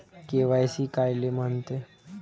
KYC कायले म्हनते?